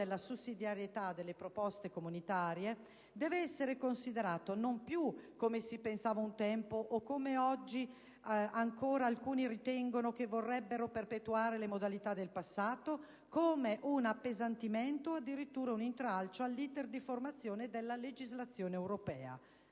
della sussidiarietà delle proposte comunitarie, deve essere considerato non più, come si pensava un tempo o come ancora oggi ritengono alcuni che vorrebbero perpetuare le modalità del passato, come un appesantimento o addirittura un intralcio all'*iter* di formazione della legislazione europea.